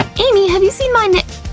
um amy, have you seen my nai.